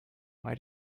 why